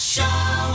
Show